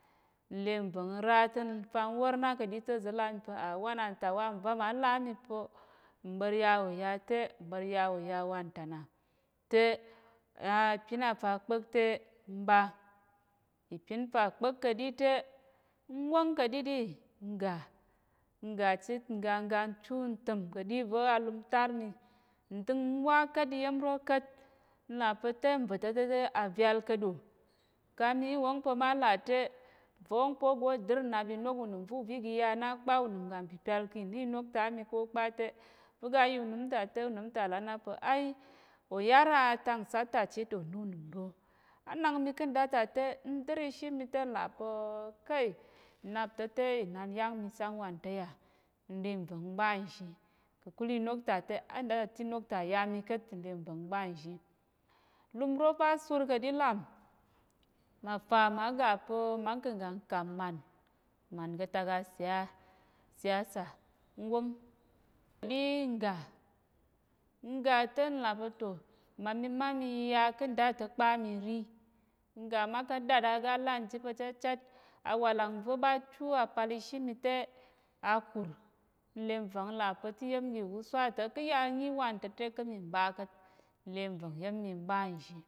N le nva̱ng n ra te, n fa n wór na ka̱ɗi te, uza̱ là á mi pa̱, à wanata wa nva ma là á mi pa̱ mɓa̱r ya wò ya te, mɓa̱r ya wò ya wantana te a, ìpin a fa kpa̱k te, ḿɓa. Ìpin fa kpa̱k ka̱ ɗi te n ɓa n wóng ka̱ ɗiɗi, n ga n ga n chit n ga n ga n chu, n təm kaɗi alum tar mi, ndəng n wa ka̱t iya̱m ro ka̱t n là pa̱ te nva̱ ta̱ te te avyál ka̱t ɗo? Ka mi wóng pa̱ ma là te va̱ wóng pa̱ ôgo dər nnap inok unəm va̱ uvi gi ya na kpa unəm ga mpipyal ki inok ta mi ko kpa te va̱ ga ya unəm ta te unəm á ta là á na pa̱ ai ò yar atak nsat á ta chit ò na unəm ro. Á nak mi ká̱ nda ta te ndər ishi mi te, n là pa̱ kai, nnap ta̱ te inan yáng mi sáng wanta̱ yà? N le nva̱ng n ɓa nzhi ka̱kul inok ta te ń da ta te inok ta ya mi ka̱t. N le nva̱ng n ɓa nzhi, ìlum ro ɓa sur ka̱ ɗi làm mà fa ma ga pa̱ mma kà̱ ngga nkàp mmàn, mmàn ka̱ tak asiya siyasa n wóng ka̱ɗi, n ga, n ga te n là pa̱, to mma mi má mi yiya ká̱ nda ta̱ kpa mi rí, n ga ma ka̱ dàt aga lan chit pa̱ chachat. Awàlang va̱ ɓa chu apal ishi mi te á kùr, n le nva̱ng n là pa̱ te iya̱m gi iwuswa ta̱, ká̱ yà n nyi wanta̱ te ka̱ mi ɓa ka̱t n le nva̱ng ya̱m mi m ɓa nzhi.